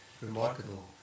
remarkable